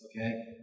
okay